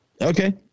Okay